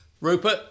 Rupert